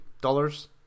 Dollars